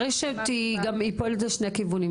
הרשת פועלת על שני כיוונים,